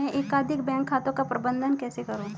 मैं एकाधिक बैंक खातों का प्रबंधन कैसे करूँ?